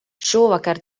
šovakar